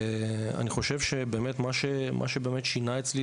מה ששינה אצלי